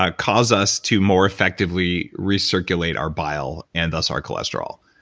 ah cause us to more effectively recirculate our bile, and thus our cholesterol.